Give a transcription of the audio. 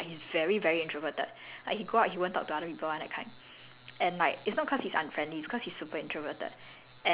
ya have have my father right he is a huge introvert like he's very very introverted like he go out he won't talk to other people [one] that kind